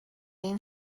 این